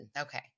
Okay